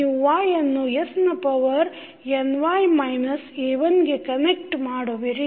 ನೀವು y ಯನ್ನು s ನ ಪವರ್ ny ಮೈನಸ್ a1 ಗೆ ಕನೆಕ್ಟ್ ಮಾಡುವಿರಿ